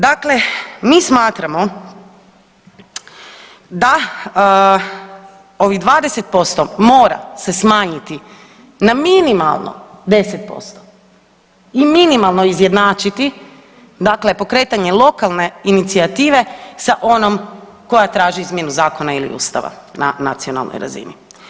Dakle, mi smatramo da ovih 20% mora se smanjiti na minimalno 10% i minimalno izjednačiti, dakle pokretanje lokalne inicijative sa onom koja traži izmjenu zakona ili Ustava na nacionalnoj razini.